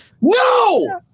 No